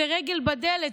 זאת רגל בדלת,